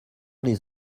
les